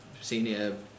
senior